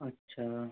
अच्छा